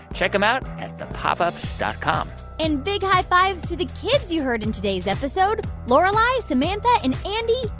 check them out at thepopups dot com and big high-fives to the kids you heard in today's episode. lorelei, samantha and andy,